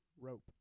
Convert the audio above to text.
rope